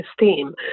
esteem